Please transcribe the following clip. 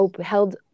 held